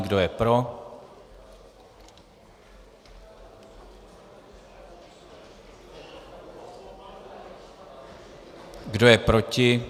Kdo je pro, kdo je proti?